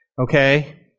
Okay